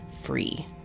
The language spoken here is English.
free